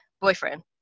Boyfriend